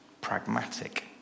pragmatic